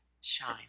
shine